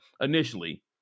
initially